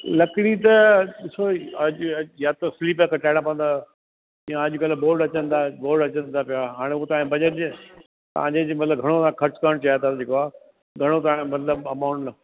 लकड़ी त ॾिसो अॼु अॼु या त फ्री में कटाइणा पवंदा या अॼुकल्ह बोड अचनि था बोड अचनि था पिया हाणे उहो तव्हांजे बजट जे तव्हां जंहिं महिल घणो आहे ख़र्चु करणु चाहियो त जेको आहे घणो तव्हांखे मतलबु अमाउंट आहे